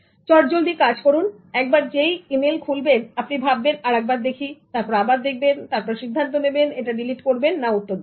চটজলদি কাজ করুন একবার যেই আপনি ইমেইল খুলবেন আপনি ভাববেন আরেকবার দেখি এবং তারপর আবার দেখবেন এবং তারপরে সিদ্ধান্ত নেবেন এটা ডিলিট করবেন না উত্তর দেবেন